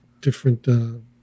different